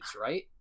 right